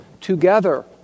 together